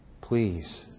please